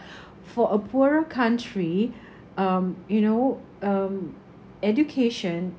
for a poorer country um you know um education